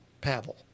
Pavel